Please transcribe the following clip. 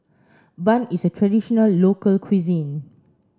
bun is a traditional local cuisine